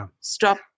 stop